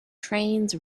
trains